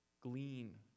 glean